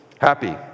happy